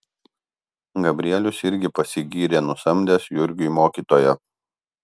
gabrielius irgi pasigyrė nusamdęs jurgiui mokytoją